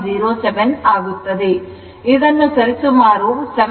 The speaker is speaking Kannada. ಇದನ್ನು ಸುಮಾರು 7